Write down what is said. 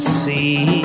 see